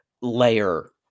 layer